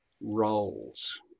roles